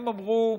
הם אמרו: